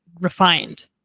refined